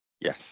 yes